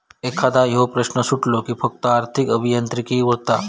एकदा ह्यो प्रश्न सुटलो कि फक्त आर्थिक अभियांत्रिकी उरता